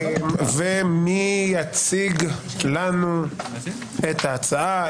מי יציג לנו את ההצעה?